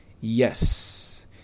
Yes